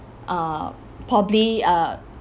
uh probably uh